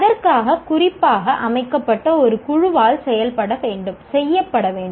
அதற்காக குறிப்பாக அமைக்கப்பட்ட ஒரு குழுவால் செய்யப்பட வேண்டும்